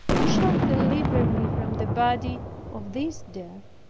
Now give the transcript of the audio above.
who shall deliver me from the body of this death?